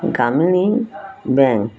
Gramin bank